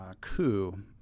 coup